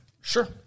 Sure